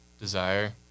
desire